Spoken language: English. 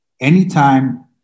anytime